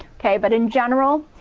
okay, but in general,